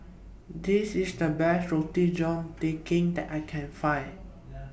This IS The Best Roti John Daging that I Can Find